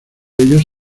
ellos